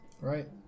Right